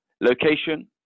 location